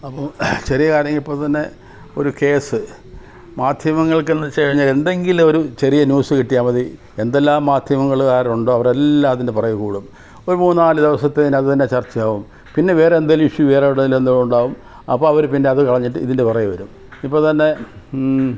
അപ്പോള് ചെറിയതാണങ്കില് ഇപ്പോള്ത്തന്നെ ഒരു കേസ് മാധ്യമങ്ങൾക്കെന്നു വച്ചുകഴിഞ്ഞാല് എന്തെങ്കിലൊരു ചെറിയ ന്യൂസ് കിട്ടിയാല് മതി എന്തെല്ലാം മാധ്യമങ്ങള് കാരുണ്ടോ അവരെല്ലാം അതിന്റെ പുറകെ കൂടും ഒരു മൂന്നാല് ദിവസത്തേനത് തന്നെ ചർച്ചയാവും പിന്നെ വേറെ എന്തേലും ഇഷ്യൂ വേറെ എവിടേലും എന്തോ ഉണ്ടാവും അപ്പോള് അവര് പിന്നത് കളഞ്ഞിട്ട് ഇതിന്റെ പുറകെ വരും ഇപ്പോള്ത്തന്നെ